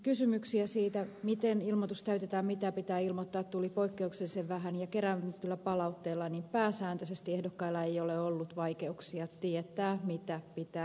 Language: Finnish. kysymyksiä siitä miten ilmoitus täytetään mitä pitää ilmoittaa tuli poikkeuksellisen vähän ja kerätyn palautteen perusteella pääsääntöisesti ehdokkailla ei ole ollut vaikeuksia tietää mitä pitää ilmoittaa